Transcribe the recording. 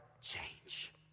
change